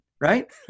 right